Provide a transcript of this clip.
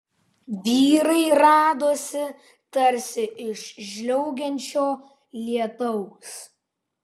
vyrai radosi tarsi iš žliaugiančio lietaus